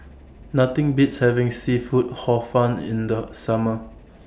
Nothing Beats having Seafood Hor Fun in The Summer